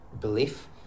belief